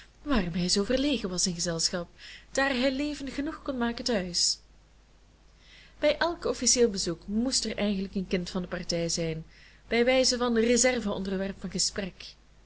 hij zoo verlegen was in gezelschap daar hij leven genoeg kon maken tehuis bij elk officieel bezoek moest er eigenlijk een kind van de partij zijn bij wijze van reserve onderwerp van gesprek